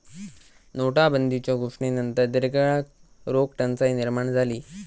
नोटाबंदीच्यो घोषणेनंतर दीर्घकाळ रोख टंचाई निर्माण झाली